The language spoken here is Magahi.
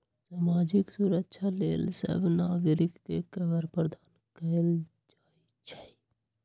सामाजिक सुरक्षा लेल सभ नागरिक के कवर प्रदान कएल जाइ छइ